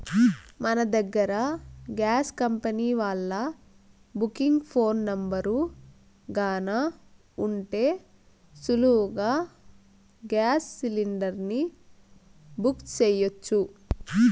మన దగ్గర gas company వాల్ల బుకింగ్ ఫోను నెంబరు గాన ఉంటే సులువుగా గేస్ సిలిండర్ని బుక్ సెయ్యొచ్చు